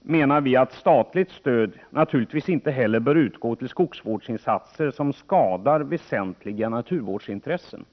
menar vi att statligt stöd naturligtvis inte heller bör utgå till skogsvårdsinsatser som skadar väsentliga naturvårdsintressen.